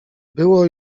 było